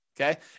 okay